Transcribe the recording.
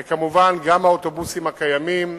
וכמובן גם האוטובוסים הקיימים,